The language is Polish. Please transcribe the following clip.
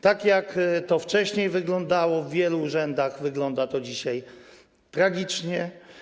Tak jak i wcześniej to wyglądało w wielu urzędach, wygląda to dzisiaj tragicznie.